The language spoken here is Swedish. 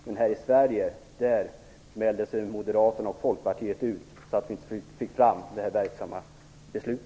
Men här i Sverige mälde sig Moderaterna och Folkpartiet ut så att vi inte fick fram detta verksamma beslut.